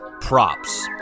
props